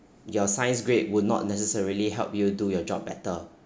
your science grade would not necessarily help you do your job better